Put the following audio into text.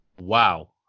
Wow